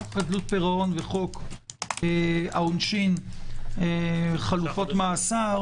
חוק חדלות פירעון וחוק העונשין חדלות מאסר